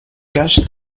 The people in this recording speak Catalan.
cas